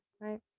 right